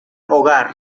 hogar